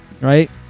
right